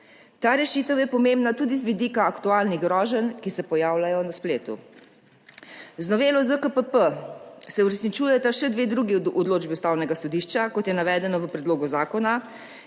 Ta rešitev je pomembna tudi z vidika aktualnih groženj, ki se pojavljajo na spletu. Z novelo ZKP-P se uresničujeta še dve drugi odločbi Ustavnega sodišča, kot je navedeno v predlogu zakona.